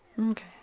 Okay